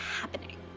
happening